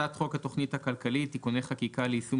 הצעת חוק התכנית הכלכלית (תיקוני חקיקה ליישום